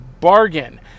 bargain